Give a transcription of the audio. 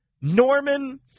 Norman